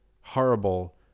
Horrible